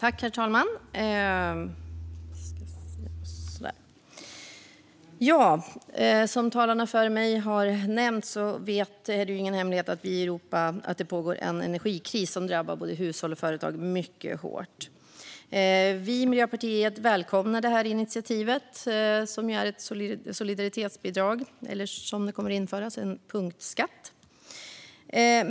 Herr talman! Som talarna före mig har nämnt är det ingen hemlighet att det pågår en energikris i Europa, som drabbar både hushåll och företag mycket hårt. Vi i Miljöpartiet välkomnar detta initiativ - ett solidaritetsbidrag i form av en punktskatt som kommer att införas.